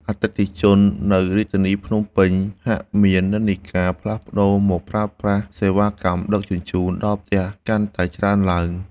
អតិថិជននៅរាជធានីភ្នំពេញហាក់មាននិន្នាការផ្លាស់ប្តូរមកប្រើប្រាស់សេវាកម្មដឹកជញ្ជូនដល់ផ្ទះកាន់តែច្រើនឡើង។